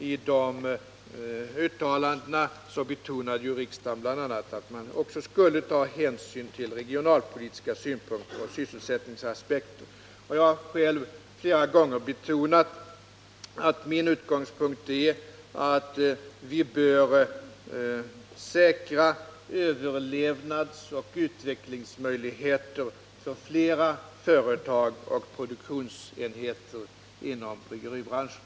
I de uttalandena betonade riksdagen bl.a. att man också skulle ta hänsyn till regionalpolitiska synpunkter och sysselsättningsaspekter. Jag har själv flera gånger betonat att min utgångspunkt är att vi bör säkra överlevnadsoch utvecklingsmöjligheter för flera företag och produktionsenheter inom bryggeribranschen.